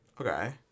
Okay